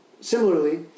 Similarly